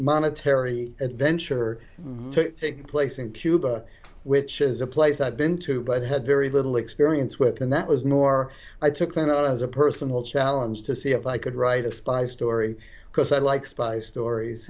monetary adventure to take place in cuba which is a place i've been to but had very little experience with and that was more i took the note as a personal challenge to see if i could write a spy story because i like spy stories